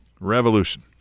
revolution